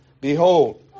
Behold